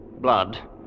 Blood